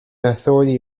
authority